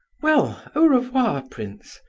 well, au revoir, prince,